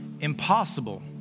impossible